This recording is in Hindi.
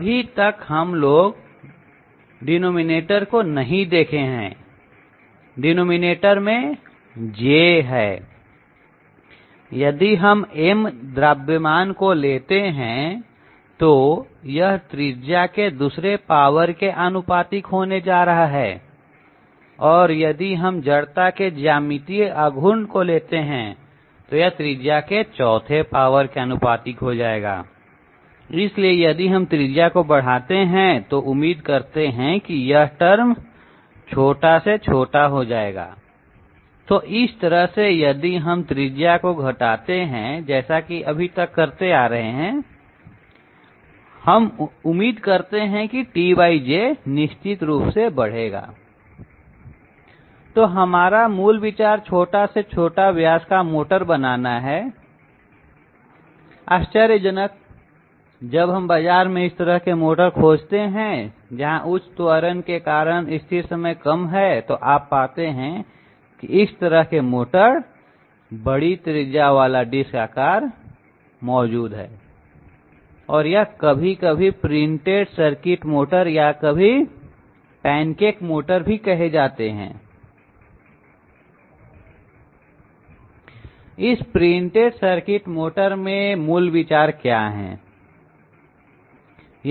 अभी तक हम लोग हर को नहीं देखे हैं हर में J है यदि हम M द्रव्यमान को लेते हैं तो यह त्रिज्या के दूसरे पावर के आनुपातिक होने जा रहा है और यदि हम जड़ता के ज्यामितीय आघूर्ण को लेते हैं तो यह त्रिज्या के चौथे पावर के अनुपातिक हो जाएगा इसलिए यदि हम त्रिज्या को बढ़ाते हैं तो हम उम्मीद करते हैं कि यह टर्म छोटा से छोटा हो जाएगा तो इस तरह से यदि हम त्रिज्या को घटाते हैं जैसा की अभी तक करते आ रहे हैं हम उम्मीद करते हैं कि T J निश्चित रूप से बढ़ेगा तो हमारा मूल विचार छोटा से छोटा व्यास का मोटर बनाना है आश्चर्यजनक जब हम बाजार में इस तरह के मोटर खोजते हैं जहां उच्च त्वरण के कारण स्थिर समय कम है तो आप पाते हैं कि इस तरह के मोटर बड़ी त्रिज्या वाला डिस्क आकार भी मौजूद हैं और यह कभी कभी प्रिंटेड सर्किट मोटर या कभी पैनकेक मोटर कहे जाते हैं इस प्रिंटेड सर्किट मोटर में मूल विचार क्या है